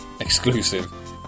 exclusive